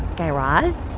guy raz,